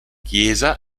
chiesa